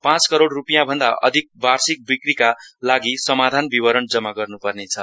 पाँच करोड़ रूपियाँ भन्दा अधिक वार्षिक बिक्रीका लागि सामाधान विवरण जम्मा गर्नु पर्नेछ